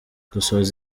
dusoza